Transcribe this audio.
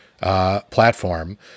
platform